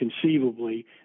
conceivably